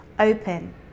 open